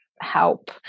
help